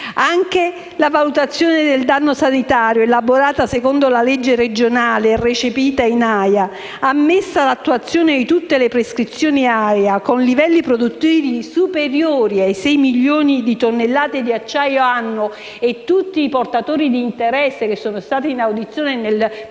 Anche la valutazione del danno sanitario, elaborata secondo la legge regionale recepita in AIA, ammessa l'attuazione di tutte le prescrizioni AIA con livelli produttivi superiori ai sei milioni di tonnellate di acciaio annuo» - e tutti i portatori di interesse che sono stati in audizione per il